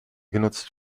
genutzt